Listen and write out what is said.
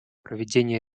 проведения